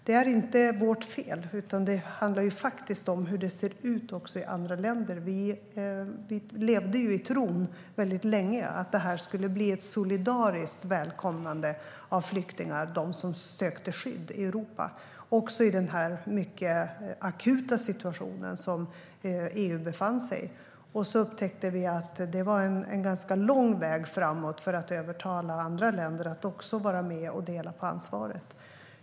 Det är inte vårt fel utan det handlar faktiskt om hur det ser ut i andra länder. Vi levde länge i tron att det skulle bli ett solidariskt välkomnande av flyktingar - av dem som sökte skydd i Europa - också i den mycket akuta situationen som EU befann sig. Så upptäckte vi att det var en lång väg framåt för att övertala andra länder att också vara med och dela på ansvaret.